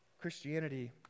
christianity